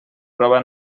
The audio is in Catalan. prova